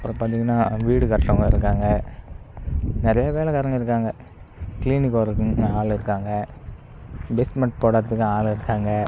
அப்புறோம் பார்த்தீங்கன்னா வீடு கட்டறவுங்க இருக்காங்க நிறைய வேலக்காரங்க இருக்காங்க கிளீனிங் போடறதுக்கும்னு ஆள் இருக்காங்க பேஸ்மெண்ட் போடறதுக்கு ஆள் இருக்காங்க